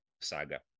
saga